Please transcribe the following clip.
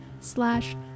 slash